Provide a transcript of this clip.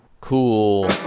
Cool